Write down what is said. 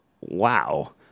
wow